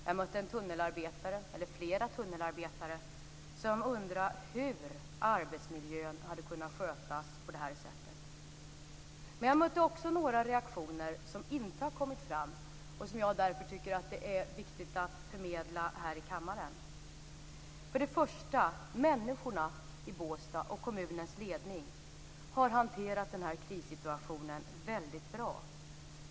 Jag mötte flera tunnelarbetare som undrade hur arbetsmiljön hade kunnat skötas på det här sättet. Men jag mötte också några reaktioner som inte har kommit fram och som jag därför tycker att det är viktigt att förmedla här i kammaren. För det första har människorna i Båstad och kommunens ledning hanterat den här krissituationen väldigt bra.